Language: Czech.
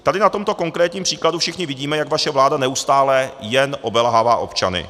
Tady na tomto konkrétním příkladu všichni vidíme, jak vaše vláda neustále jen obelhává občany.